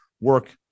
work